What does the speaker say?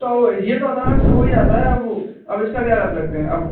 तो यह तो अचानक से हो ही जाता है अब अब इसका क्या कर सकते हैं अब